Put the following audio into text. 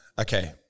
okay